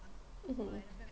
mmhmm